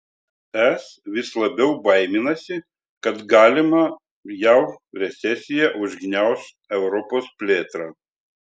es vis labiau baiminasi kad galima jav recesija užgniauš europos plėtrą